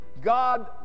god